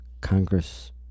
Congress